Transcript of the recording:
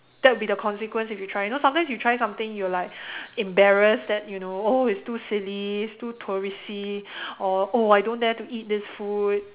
that'll be the consequence if you try you know sometimes you try something you'll like embarrassed that you know oh it's too silly too touristy or oh I don't dare to eat this food